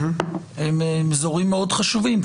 אלה אזורים מאוד חשובים.